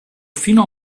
fino